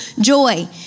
joy